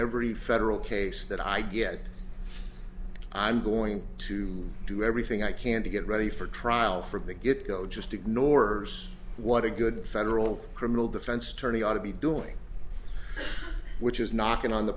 every federal case that i get i'm going to do everything i can to get ready for trial from the get go just ignore what a good federal criminal defense attorney ought to be doing which is knocking on the